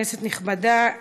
כנסת נכבדה,